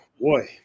Boy